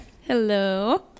Hello